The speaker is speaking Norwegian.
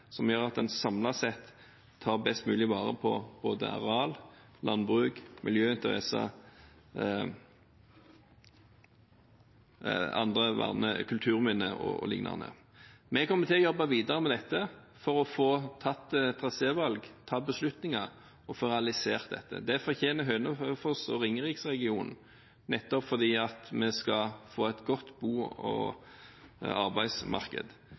som gjør at en samlet sett tar best mulig vare på både areal, landbruk, miljøinteresser, andre vernede kulturminner o.l. Vi kommer til å jobbe videre med dette for å få tatt et trasévalg, få tatt beslutninger og få realisert dette – det fortjener Hønefoss og Ringeriksregionen – nettopp for at vi skal få et godt bo- og arbeidsmarked.